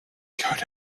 coat